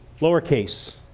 lowercase